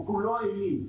הוא כולו עילי.